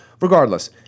regardless